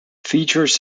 features